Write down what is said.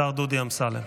השר דודי אמסלם.